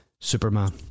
Superman